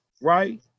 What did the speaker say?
right